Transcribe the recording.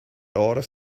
orders